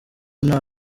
nta